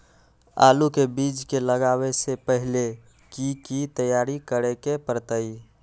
आलू के बीज के लगाबे से पहिले की की तैयारी करे के परतई?